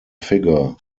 figure